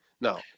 no